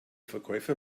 verkäufer